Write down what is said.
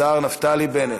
השר נפתלי בנט.